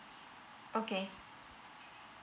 okay